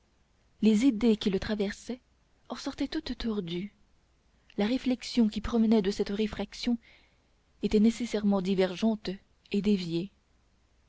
les idées qui le traversaient en sortaient toutes tordues la réflexion qui provenait de cette réfraction était nécessairement divergente et déviée